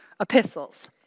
epistles